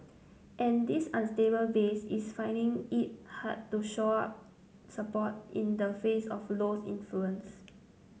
and this unstable base is finding it hard to shore up support in the face of Low's influence